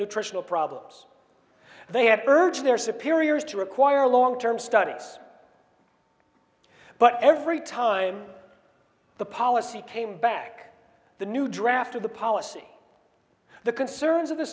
nutritional problems they have urged their superiors to require long term studies but every time the policy came back the new draft of the policy the concerns of the